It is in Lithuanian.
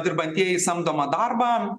dirbantieji samdomą darbą